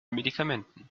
medikamenten